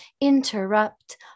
interrupt